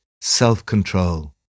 self-control